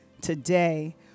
Today